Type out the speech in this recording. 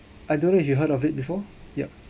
I don't know if you heard of it before yup